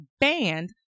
banned